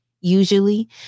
usually